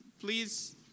please